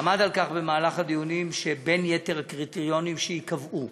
עמד במהלך הדיונים על כך שבין יתר הקריטריונים שייקבעו